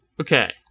Okay